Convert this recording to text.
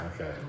Okay